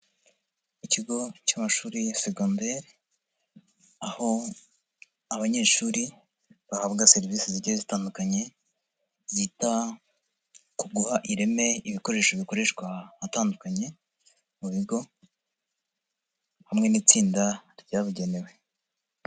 Ikigo cy'amashuri ya segondari aho abanyeshuri bahabwa serivisi zigiye zitandukanye zita ku guha ireme ibikoresho bikoreshwa atandukanye mu bigo hamwe n'itsinda ryabugenewe.